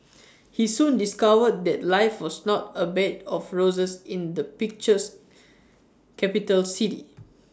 he soon discovered that life was not A bed of roses in the pictures capital city